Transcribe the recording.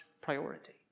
priority